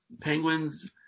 Penguins